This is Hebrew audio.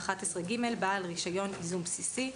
(11ג)בעל רישיון ייזום בסיסי".